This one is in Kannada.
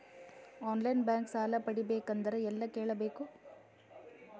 ಆನ್ ಲೈನ್ ಬ್ಯಾಂಕ್ ಸಾಲ ಪಡಿಬೇಕಂದರ ಎಲ್ಲ ಕೇಳಬೇಕು?